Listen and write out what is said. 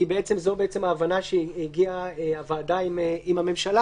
כי זו ההבנה שהגיעה אליה הוועדה עם הממשלה,